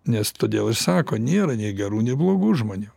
nes todėl ir sako nėra nei gerų nei blogų žmonių